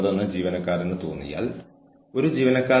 അവർക്ക് സമയപരിധി നൽകുക